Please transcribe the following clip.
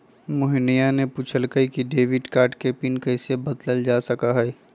मोहिनीया ने पूछल कई कि डेबिट कार्ड के पिन कैसे बदल्ल जा सका हई?